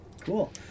Cool